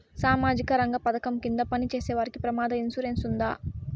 సామాజిక రంగ పథకం కింద పని చేసేవారికి ప్రమాద ఇన్సూరెన్సు ఉందా?